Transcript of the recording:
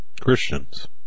Christians